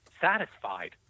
satisfied